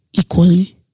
equally